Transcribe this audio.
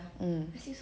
mm